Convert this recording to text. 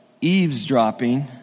eavesdropping